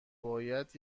باید